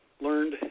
learned